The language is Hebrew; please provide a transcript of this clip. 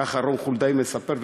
כך חולדאי מספר,